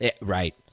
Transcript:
right